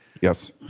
Yes